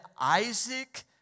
Isaac